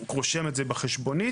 רושם את זה בחשבונית.